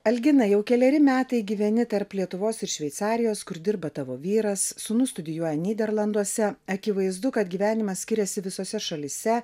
algina jau keleri metai gyveni tarp lietuvos ir šveicarijos kur dirba tavo vyras sūnus studijuoja nyderlanduose akivaizdu kad gyvenimas skiriasi visose šalyse